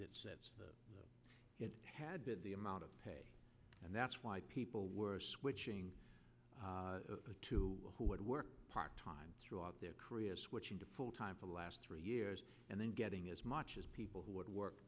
pay it had been the amount of pay and that's why people were switching to who would work part time throughout their career switching to full time for the last three years and then getting as much as people who would work